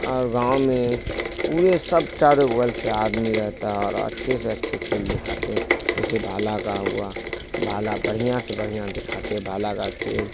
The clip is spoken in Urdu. اور گاؤں میں پورے سب چاروں بل سے آدمی رہتا ہے اور اچھے سے اچھے کھیل دکھاتے جیسے بھال کا ہوا بھالا بڑھیا سے بڑھیا دکھاتے بھال کا کھیل